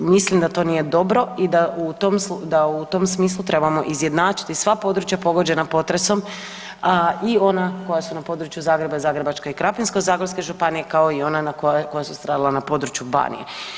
Mislim da to nije dobro i da u tom smislu trebamo izjednačiti sva područja pogođena potresom i ona koja su na području Zagreba i Zagrebačke i Krapinsko-zagorske županije kao i ona na koja, koja su stradala na području Banije.